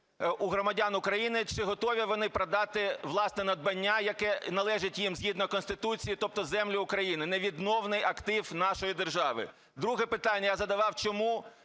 у громадян України, чи готові вони продати власне надбання, яке належить їм згідно Конституції, тобто землю України – невідновний актив нашої держави? Друге питання я задавав: чому,